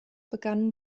begann